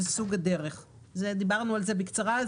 וסוג הדרך; דיברנו על זה בקצרה.